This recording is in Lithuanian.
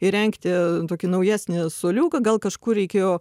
įrengti tokį naujesnį suoliuką gal kažkur reikėjo